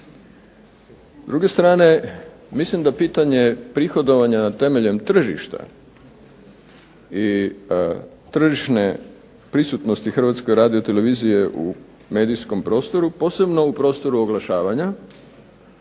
S druge strane, mislim da pitanje prihodovanja temeljem tržišta i tržišne prisutnosti Hrvatske radio televizije u medijskom prostoru, posebno u prostoru oglašavanja